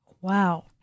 Wow